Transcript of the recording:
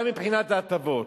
גם מבחינת ההטבות,